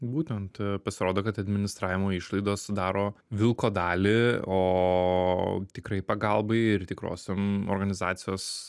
būtent pasirodo kad administravimo išlaidos sudaro vilko dalį o tikrai pagalbai ir tikrosiom organizacijos